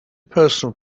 personal